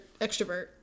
extrovert